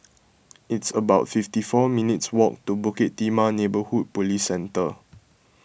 it's about fifty four minutes' walk to Bukit Timah Neighbourhood Police Centre